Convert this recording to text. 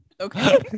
Okay